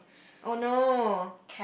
oh no